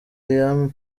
liam